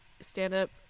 stand-up